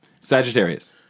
Sagittarius